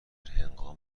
هنگام